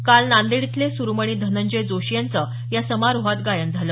काल नांदेड इथले सूरमणी धनंजय जोशी यांचं या समारोहात गायन झालं